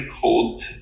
cold